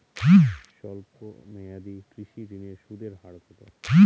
স্বল্প মেয়াদী কৃষি ঋণের সুদের হার কত?